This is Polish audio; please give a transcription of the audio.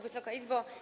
Wysoka Izbo!